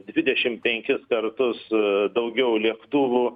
dvidešim penkis kartus daugiau lėktuvų